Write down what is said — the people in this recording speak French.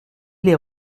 les